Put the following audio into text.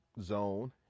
Zone